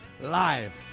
Live